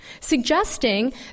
suggesting